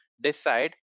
decide